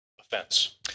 offense